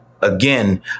again